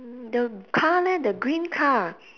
the car leh the green car